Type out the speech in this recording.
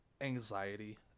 anxiety